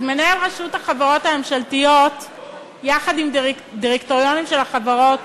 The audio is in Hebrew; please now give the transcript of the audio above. אז מינהל רשות החברות הממשלתיות יחד עם דירקטוריונים של החברות